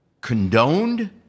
condoned